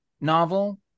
novel